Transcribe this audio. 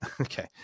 Okay